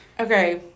Okay